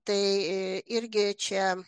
tai irgi čia